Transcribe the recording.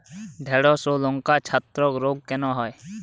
ঢ্যেড়স ও লঙ্কায় ছত্রাক রোগ কেন হয়?